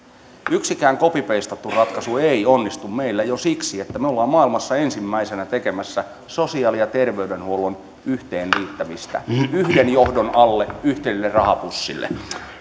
yksikään copypeistattu ratkaisu ei onnistu meillä jo siksi että me olemme maailmassa ensimmäisenä tekemässä sosiaali ja terveydenhuollon yhteenliittämistä yhden johdon alle yhdelle rahapussille